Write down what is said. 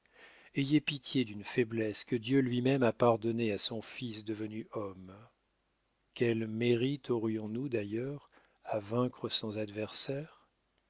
ayez pitié d'une faiblesse que dieu lui-même a pardonnée à son fils devenu homme quels mérites aurions-nous d'ailleurs à vaincre sans adversaire